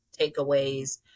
takeaways